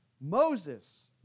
Moses